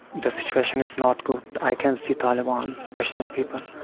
the situation is not good, i can see taliban, pashtun people,